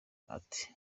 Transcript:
ati